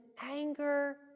anger